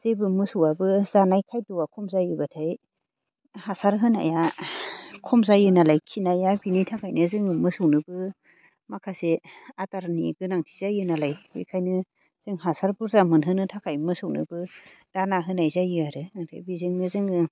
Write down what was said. जेबो मोसौआबो जानाय खाद्यआ खम जायोब्लाथाय हासार होनाया खम जायो नालाय खिनाया बिनि थाखायनो जोङो मोसौनोबो माखासे आदारनि गोनांथि जायो नालाय बेखायनो जों हासार बुरजा मोनहोनो थाखाय मोसौनोबो दाना होनाय जायो आरो आरो बेजोंनो जोङो